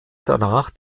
danach